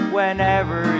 Whenever